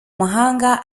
mahanga